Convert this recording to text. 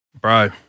Bro